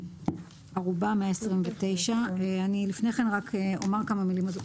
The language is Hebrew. לפני שאני עוברת לחלק ח', אני אומר כמה מילים.